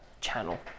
channel